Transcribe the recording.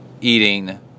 eating